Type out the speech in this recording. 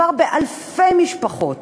מדובר באלפי משפחות